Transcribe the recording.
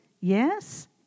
yes